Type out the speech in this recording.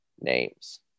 names